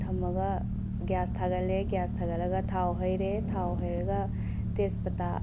ꯊꯝꯃꯒ ꯒꯤꯌꯥꯁ ꯊꯥꯒꯠꯂꯦ ꯒꯤꯌꯥꯁ ꯊꯥꯒꯠꯂꯒ ꯊꯥꯎ ꯍꯩꯔꯦ ꯊꯥꯎ ꯍꯩꯔꯒ ꯇꯦꯖ ꯄꯇꯥ